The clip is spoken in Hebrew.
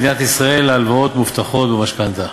מדינת ישראל להלוואות מובטחות במשכנתה